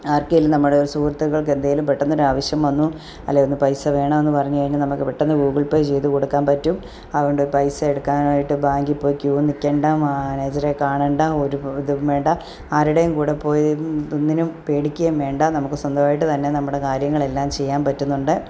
ആർക്കെങ്കിലും നമ്മുടെ ഒരു സുഹൃത്തുക്കൾക്ക് എന്തെങ്കിലും പെട്ടെന്ന് ഒരാവശ്യം വന്നൂ അല്ലെ ഒന്ന് പൈസ വേണമെന്നു പറഞ്ഞു കഴിഞ്ഞാൽ നമുക്ക് പെട്ടെന്ന് ഗൂഗിൾ പേ ചെയ്തു കൊടുക്കാൻ പറ്റും അതുകൊണ്ട് പൈസ എടുക്കാനായിട്ടു ബാങ്കിൽപ്പോയി ക്യു നിൽക്കേണ്ട മാനേജരെ കാണേണ്ടാ ഒരു ഇതും വേണ്ടാ ആരുടെയും കൂടെ പോയി ഒന്നിനും പേടിക്കുകയും വേണ്ട നമുക്ക് സ്വന്തമായിട്ടു തന്നെ നമ്മുടെ കാര്യങ്ങളെല്ലാം ചെയ്യാൻ പറ്റുന്നുണ്ട്